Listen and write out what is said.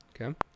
Okay